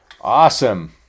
Awesome